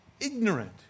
ignorant